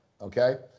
okay